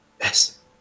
Yes